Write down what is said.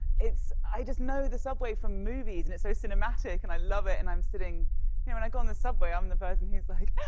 it's i just know the subway from movies. and it's so cinematic. and i love it, and i'm sitting you know, when i go on the subway, i'm the person who's like, yeah